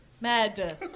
Mad